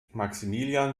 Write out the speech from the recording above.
maximilian